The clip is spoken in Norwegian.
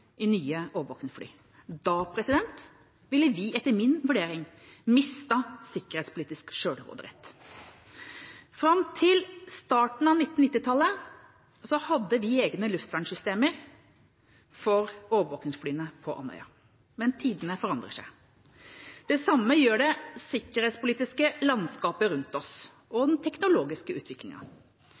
i nye overvåkningsfly. Da ville vi etter min vurdering mistet sikkerhetspolitisk sjølråderett. Fram til starten av 1990-tallet hadde vi egne luftvernsystemer for overvåkningsflyene på Andøya, men tidene forandrer seg. Det samme gjør det sikkerhetspolitiske landskapet rundt oss, og den teknologiske